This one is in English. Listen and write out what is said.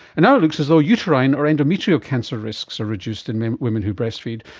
and now it looks as though uterine or endometrial cancer risks are reduced in women who breastfeed,